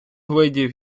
видів